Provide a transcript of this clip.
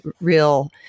real